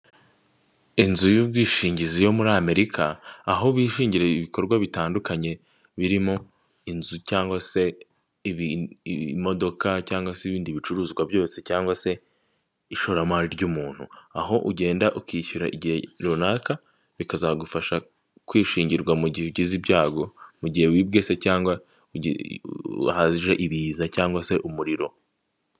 Hirya no hino ugenda usanga hari amasoko atandukanye kandi acuruza ibicuruzwa bitandukanye, ariko amenshi murayo masoko usanga ahuriyeho n'uko abacuruza ibintu bijyanye n'imyenda cyangwa se imyambaro y'abantu bagiye batandukanye. Ayo masoko yose ugasanga ari ingirakamaro cyane mu iterambere ry'umuturage ukamufasha kwiteraza imbere mu buryo bumwe kandi akanamufasha no kubaho neza mu buryo bw'imyambarire.